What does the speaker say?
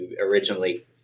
originally